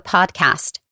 Podcast